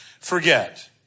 forget